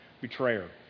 betrayer